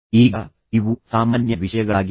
ಈಗ ಇವು ಸಾಮಾನ್ಯ ವಿಷಯಗಳಾಗಿವೆ